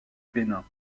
bénin